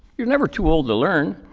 you're never too old to learn.